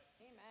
Amen